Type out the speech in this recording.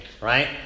right